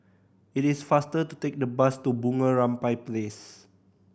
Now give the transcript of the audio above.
it is faster to take the bus to Bunga Rampai Place